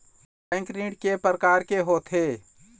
Bank ऋण के प्रकार के होथे?